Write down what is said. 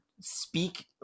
speak